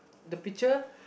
the picture